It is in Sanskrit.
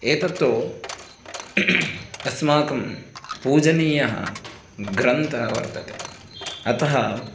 एतत्तु अस्माकं पूजनीयः ग्रन्थः वर्तते अतः